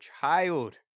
child